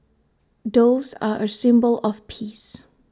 doves are A symbol of peace